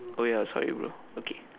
oh ya sorry bro okay